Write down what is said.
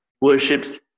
worships